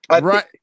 Right